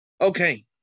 Okay